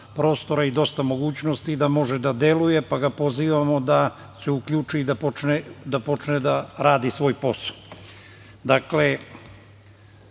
i dosta mogućnosti da može da delujem pa ga pozivamo da se uključi i da počne da radi svoj posao. Često